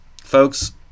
Folks